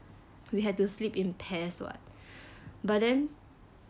we had to sleep in pairs what but then